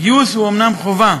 הגיוס הוא אומנם חובה,